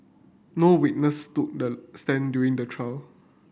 no witness took the stand during the trial